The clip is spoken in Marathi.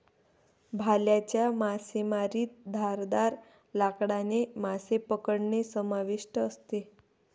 भाल्याच्या मासेमारीत धारदार लाकडाने मासे पकडणे समाविष्ट असते